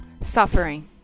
Suffering